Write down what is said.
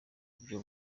buryo